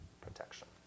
protection